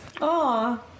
Aw